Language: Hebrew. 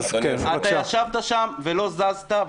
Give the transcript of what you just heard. אתה ישבת שם ולא זזת.